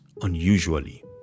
unusually